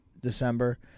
December